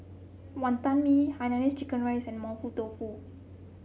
Wonton Mee Hainanese Chicken Rice and Mapo Tofu